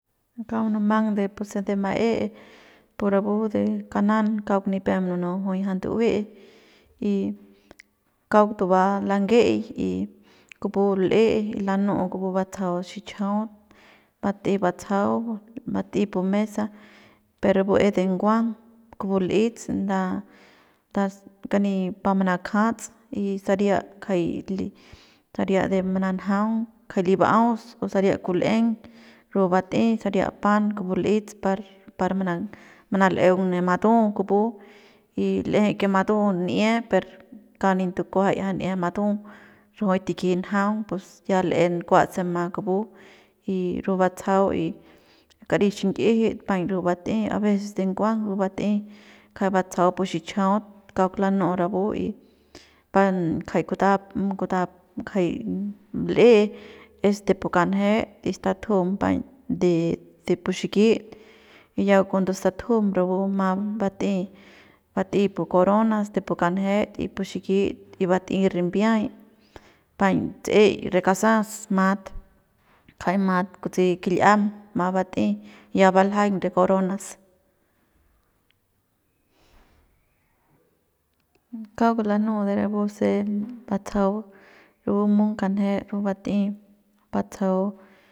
Kauk munumang puse de ma'e por rapu de kanan kauk nipep nunu juy ja ndu'ue y kauk tuba lanye'ei y kupu l'e y lanu'u kupu batsajau xichajaut bat'ey batsajau bat'ey pu mesa per rapu es de nguang kupu l'ets nda nda kani pa manakjats y saria kjay li saria de mananjaungn kjai li ba'aus o saria kul'eng rapu bat'ey saria pan kupu l'ets par par manal'eung ne matu kupu y l'eje que matu n'ia per kauk nin tukuajay ja n'ia matu rajuik tikji njaung pus ya l'en kua se ma kupu ya rapu batsajau y kari xin'ijit par rapu bat'ey abecés de nguang rapu bat'ey kjay batsajau pu xichajaut kauk lanu'u rapu y pan jay kutap kutap ngjay l'e es de pu kanjet y statujum paiñ de pu xikit y ya cuando statujum rapu ma bat'ey bat'ey pu coronas de pu kanjet y de pu xikit y bat'ey rimbiay paiñ tse'eik re kasas mat ngajay mat kutsi kil'iam ma bat'ey ya baljaiñ re coronas kauk lanu'u de rapuse batsajau rapu m'ung kanje rapu bat'ey batsajau.